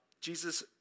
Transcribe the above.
Jesus